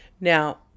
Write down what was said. Now